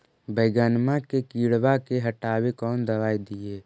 बैगनमा के किड़बा के हटाबे कौन दवाई दीए?